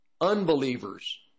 unbelievers